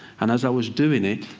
and as i was doing it,